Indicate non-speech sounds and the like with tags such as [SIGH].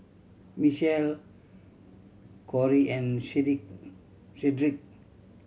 Mitchell Kori and [UNINTELLIGIBLE] Shedrick